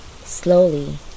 Slowly